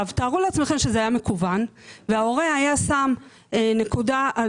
תארו לעצמכם שזה היה מקוון וההורה היה שם נקודה על